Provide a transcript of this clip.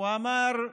הוא אמר: